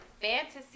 Fantasy